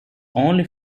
only